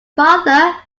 father